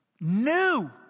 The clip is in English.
New